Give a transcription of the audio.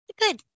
Good